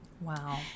Wow